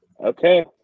Okay